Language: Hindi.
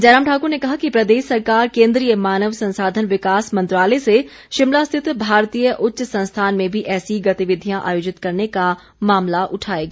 जयराम ठाक्र ने कहा कि प्रदेश सरकार केंद्रीय मानव संसाधन विकास मंत्रालय से शिमला स्थित भारतीय उच्च संस्थान में भी ऐसी गतिविधियां आयोजित करने का मामला उठायेगी